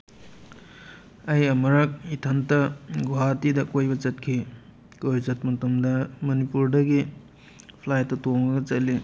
ꯑꯩ ꯑꯃꯨꯛꯔꯛ ꯏꯊꯟꯇ ꯒꯨꯍꯥꯇꯤꯗ ꯀꯣꯏꯕ ꯆꯠꯈꯤ ꯀꯣꯏꯕ ꯆꯠꯄ ꯃꯇꯝꯗ ꯃꯅꯤꯄꯨꯔꯗꯒꯤ ꯐ꯭ꯂꯥꯏꯠꯇꯣ ꯇꯣꯡꯉꯒ ꯆꯠꯂꯤ